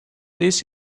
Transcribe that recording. this